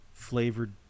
flavored